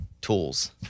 tools